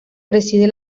preside